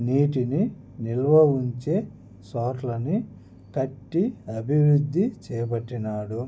నీటిని నిల్వ ఉంచే చోట్లని కట్టి అభివృద్ధి చేబట్టినాడు